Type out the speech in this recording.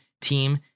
team